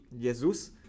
Jesus